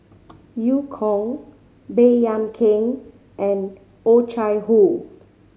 Eu Kong Baey Yam Keng and Oh Chai Hoo